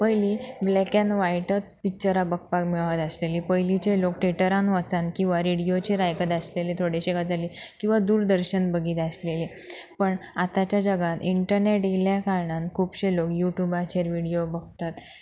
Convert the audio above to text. पयलीं black and व्हायटच पिक्चरां बघपाक मेळत आसलेलीं पयलींचे लोक थेटरान वचोन किंवां रेडियोचेर आयकत आसलेले थोडेश्यो गजाली किंवां दूरदर्शन बघीत आसलेले पण आतांच्या जगांत इंटरनॅट येयल्या कारणान खुबशे लोक यूट्युबाचेर व विडियो बघतात